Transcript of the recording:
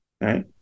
Right